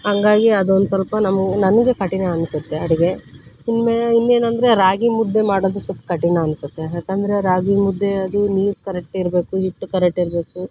ಹಂಗಾಗಿ ಅದೊಂದು ಸ್ವಲ್ಪ ನಮ್ಗೆ ನನಗೆ ಕಠಿಣ ಅನಿಸುತ್ತೆ ಅಡುಗೆ ಇನ್ಮೇ ಇನ್ನೇನಂದರೆ ರಾಗಿಮುದ್ದೆ ಮಾಡೋದು ಸ್ವಲ್ಪ ಕಠಿಣ ಅನಿಸುತ್ತೆ ಯಾಕಂದರೆ ರಾಗಿಮುದ್ದೆ ಅದು ನೀರು ಕರೆಟ್ ಇರಬೇಕು ಹಿಟ್ಟು ಕರೆಟ್ ಇರಬೇಕು